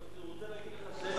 אני רוצה להגיד לך שאין,